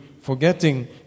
forgetting